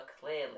clearly